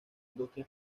industria